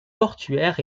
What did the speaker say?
portuaires